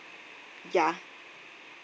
ya